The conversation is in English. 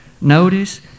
Notice